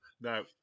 No